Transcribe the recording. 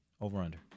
Over-under